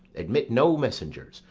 admit no messengers,